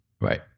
Right